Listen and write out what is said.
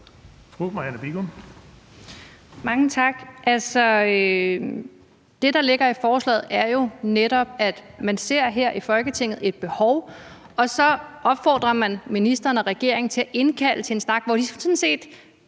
Det, der ligger i forslaget, er jo netop, at man her i Folketinget ser et behov, og så opfordrer man ministeren og regeringen til at indkalde til en snak, hvor de sådan set